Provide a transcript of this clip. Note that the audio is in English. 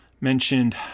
mentioned